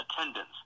attendance